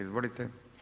Izvolite.